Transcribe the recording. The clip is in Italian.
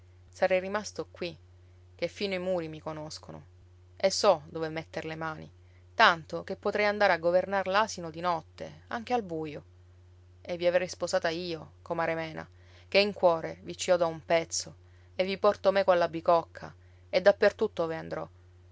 sarei rimasto qui che fino i muri mi conoscono e so dove metter le mani tanto che potrei andar a governare l'asino di notte anche al buio e vi avrei sposata io comare mena ché in cuore vi ci ho da un pezzo e vi porto meco alla bicocca e dappertutto ove andrò